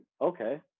okay